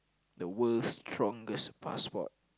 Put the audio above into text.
the world's strongest passport